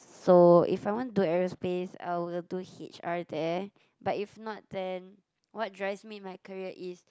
so if I want do aerospace I will do H_R there but if not then what drives me in my career is